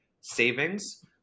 savings